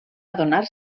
adonar